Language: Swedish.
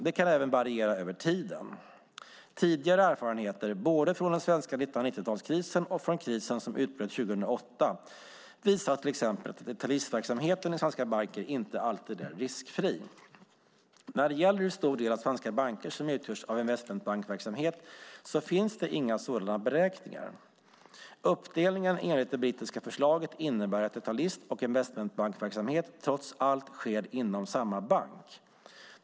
Det kan även variera över tiden. Tidigare erfarenheter, både från den svenska 1990-talskrisen och från krisen som utbröt 2008, visar till exempel att detaljistverksamheten i svenska banker inte alltid är riskfri. När det gäller hur stor del av svenska banker som utgörs av investmentbankverksamhet finns det inga sådana beräkningar. Uppdelningen enligt det brittiska förslaget innebär att detaljist och investmentbankverksamhet trots allt sker inom samma bank.